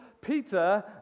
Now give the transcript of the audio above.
Peter